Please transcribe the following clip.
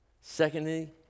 Secondly